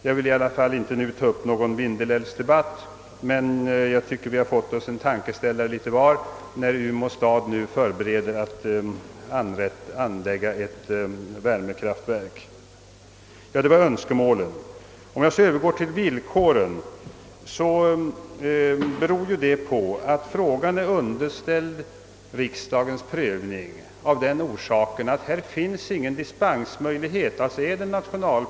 Jag skall inte nu ta upp någon Vindelälvsdebatt, men jag tycker att vi litet var fått en tankeställare i och med att Umeå stad nu förbereder att anlägga ett värmekraftverk. Detta var önskemålen och jag övergår så till villkoren. Att sådana förekommer beror på att frågan är underställd riksdagens prövning med hänsyn till att det inte föreligger någon Kungl. Maj:ts dispensmöjlighet.